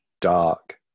dark